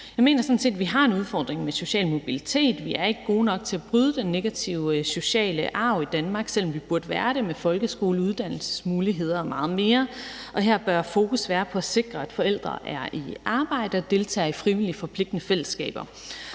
sådan set, at vi har en udfordring med social mobilitet. Vi er ikke gode nok til at bryde den negative sociale arv i Danmark, selv om vi burde være det med folkeskolen og uddannelsesmuligheder og meget mere. Her bør fokus være på at sikre, at forældre er i arbejde og deltager i frivillige, forpligtende fællesskaber.